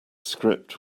script